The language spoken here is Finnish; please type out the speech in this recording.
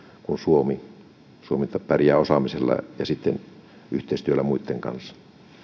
kun suomi pärjää osaamisellaan ja sitten yhteistyöllä muitten kanssa